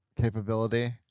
capability